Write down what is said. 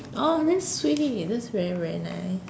oh that's sweet that's very very nice